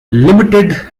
limited